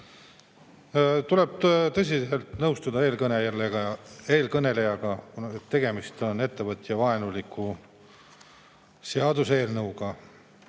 Tuleb tõsiselt nõustuda eelkõnelejaga, et tegemist on ettevõtjavaenuliku seaduseelnõuga.